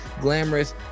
glamorous